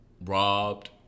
robbed